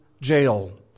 jail